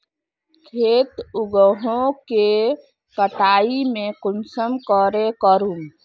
खेत उगोहो के कटाई में कुंसम करे करूम?